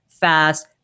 fast